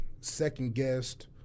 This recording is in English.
second-guessed